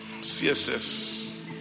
CSS